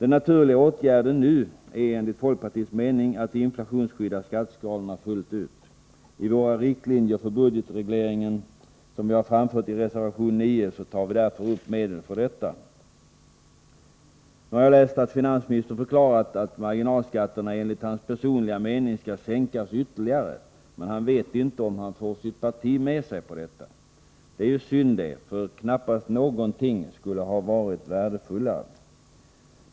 Den naturliga åtgärden nu är enligt folkpartiets mening att inflationsskydda skatteskalorna fullt ut. I våra riktlinjer för budgetregleringen, framförda i reservation 9, tar vi därför upp medel för detta. Nu har jag läst att finansministern förklarat att marginalskatterna enligt hans personliga mening skall sänkas ytterligare, men han vet inte om han får sitt parti med sig. Det är synd det, för knappast någonting skulle vara mera värdefullt.